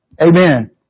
Amen